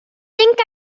think